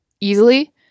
easily